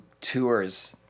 tours